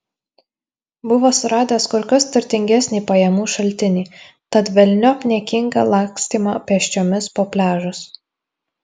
buvo suradęs kur kas turtingesnį pajamų šaltinį tad velniop niekingą lakstymą pėsčiomis po pliažus